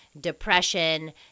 depression